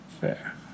fair